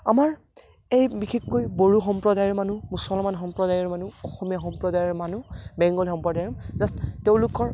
আমাৰ এই বিশেষকৈ বড়ো সম্প্ৰদায়ৰ মানুহ মুছলমান সম্প্ৰদায়ৰ মানুহ অসমীয়া সম্প্ৰদায়ৰ মানুহ বেংগল সম্প্ৰদায়ৰ জাষ্ট তেওঁলোকৰ